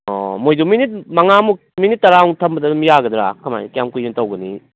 ꯑꯣ ꯃꯣꯏꯗꯨ ꯃꯤꯅꯤꯠ ꯃꯉꯥꯃꯨꯛ ꯃꯤꯅꯤꯠ ꯇꯔꯥꯃꯨꯛ ꯊꯝꯕꯗ ꯑꯗꯨꯝ ꯌꯥꯒꯗ꯭ꯔꯥ ꯀꯃꯥꯏꯅ ꯀꯌꯥꯝ ꯀꯨꯏꯅ ꯇꯧꯒꯅꯤ